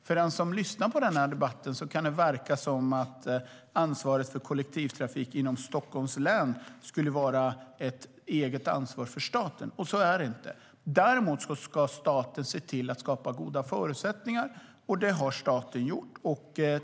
För den som lyssnar på den här debatten kan det verka som att ansvaret för kollektivtrafik inom Stockholms län skulle vara ett eget ansvar för staten. Så är det inte. Däremot ska staten se till att skapa goda förutsättningar, och det har staten gjort.